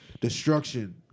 destruction